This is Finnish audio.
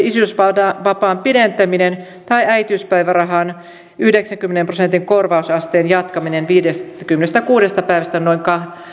isyysvapaan pidentäminen tai äitiyspäivärahan yhdeksänkymmenen prosentin korvausasteen jatkaminen viidestäkymmenestäkuudesta päivästä noin